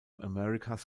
america’s